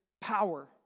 power